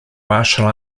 martial